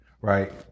right